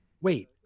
wait